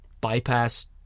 bypass